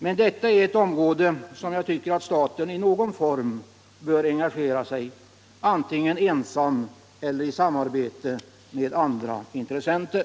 Men detta är ett område där jag tycker att staten i någon form bör engagera sig, antingen ensam eller i samarbete med andra intressenter.